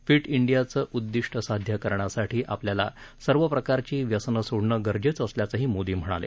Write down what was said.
feet इंडीयाचं उददीष्टं साध्य करण्यासाठी आपल्याला सर्व प्रकारची व्यसनं सोडणं गरजेचं असल्याचंही मोदी म्हणाले